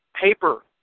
paper